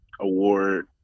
Award